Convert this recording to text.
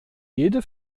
jede